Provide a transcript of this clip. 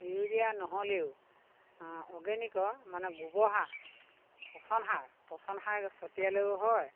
urea নহ'লেও অৰ্গেনিকৰ মানে গোবৰ সাৰ পচনসাৰ পচনসাৰ ছটিয়ালেও হয়